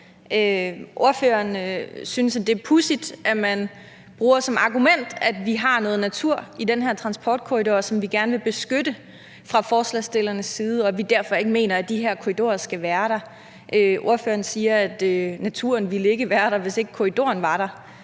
Ordføreren synes, at det er pudsigt, at vi bruger som argument, at man har noget natur i den her transportkorridor, som vi fra forslagsstillernes side gerne vil beskytte, og at vi derfor ikke mener, at de her korridorer skal være der. Ordføreren siger, at naturen ikke ville være der, hvis ikke korridoren var der,